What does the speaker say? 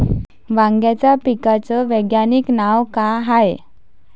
वांग्याच्या पिकाचं वैज्ञानिक नाव का हाये?